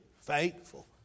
faithful